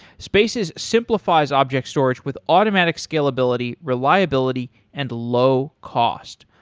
spaces simplifies object storage with automatic scalability, reliability and low cost,